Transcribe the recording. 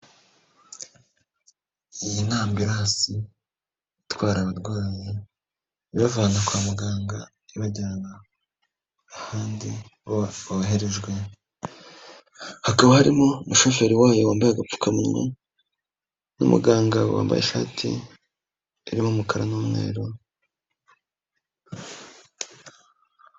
Iyi ni ambiransi itwara abarwanyi, ibavana kwa muganga ibajyana ahandi boherejwe, hakaba harimo umushoferi wayo wambaye agapfukamunwa n'umuganga wambaye ishati irimo umukara n'umweru.